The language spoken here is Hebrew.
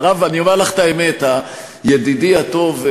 אני אומר לך את האמת: ידידי הטוב,